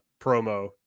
promo